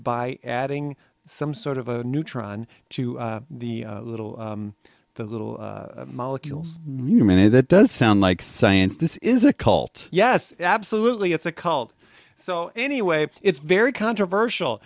by adding some sort of a neutron to the little the little molecules minute it does sound like science this is a cult yes absolutely it's a cult so anyway it's very controversial